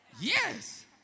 Yes